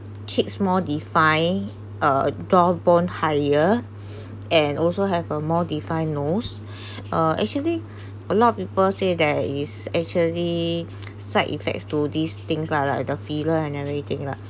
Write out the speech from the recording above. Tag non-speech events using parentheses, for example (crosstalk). cheeks more defy uh jaw bone higher (noise) and also have a more defined nose (breath) uh actually a lot of people say that is actually side effects to these things lah like the filler and everything lah